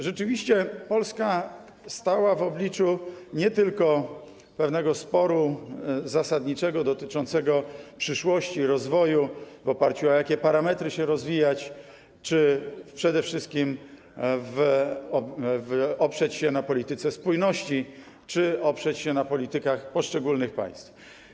Rzeczywiście Polska stała w obliczu nie tylko pewnego sporu zasadniczego dotyczącego przyszłości, rozwoju, w oparciu o jakie parametry się rozwijać, czy przede wszystkim oprzeć się na polityce spójności, czy oprzeć się na politykach poszczególnych państw.